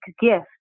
gift